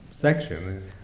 section